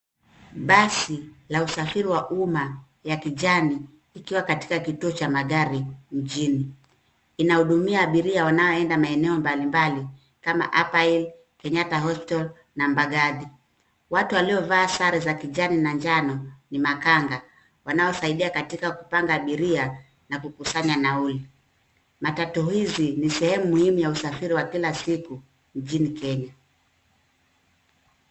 Basi la usafiri wa umma ya kijani ikiwa katika kituo cha magari mjini ,Inahudhumia abiria wanaoenda eneo mbali mbali kama upper hill, Kenyatta hospital na mbagathi .Watu waliovaa sare za kijani na njano ni makanga ,wanaosaidia katika kupanga abiria na kukusanya nauli. Matatu hizi ni sehemu muhimu ya usafiri wa Kila siku nchini kenya